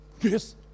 Yes